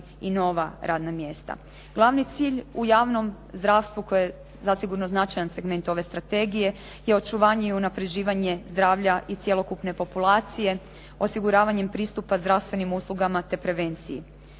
i nova radna mjesta. Glavni cilj u javnom zdarvstvu koji je zasigurno značajan segment ove strategije je očuvanje i unaprjeđivanje zdravlja i cjelokupne populacije, osiguravanjem pristupa zdravstvenim uslugama, te prevenciji.